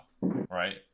right